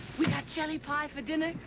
we got jelly pie for dinner?